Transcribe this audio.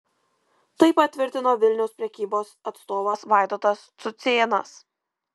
tai patvirtino vilniaus prekybos atstovas vaidotas cucėnas